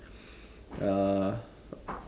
uh